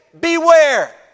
beware